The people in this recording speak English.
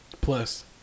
plus